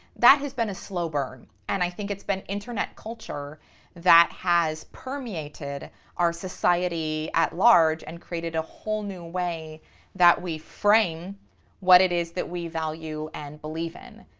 that has been a slow burn. and i think it's been internet culture that has permeated our society at large and created a whole new way that we frame what it is that we value and believe in.